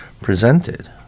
presented